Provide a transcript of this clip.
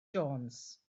jones